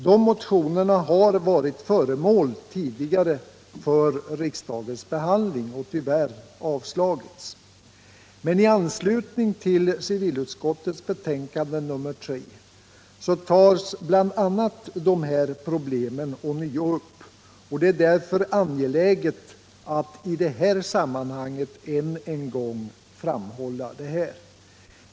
De motionerna har tidigare varit föremål för riksdagens behandling och tyvärr avslagits. Men i anslutning till civilutskottets betänkande nr 3 tas bl.a. dessa problem ånyo upp, och det är därför angeläget att i detta sammanhang än en gång framhålla detta.